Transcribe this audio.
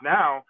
now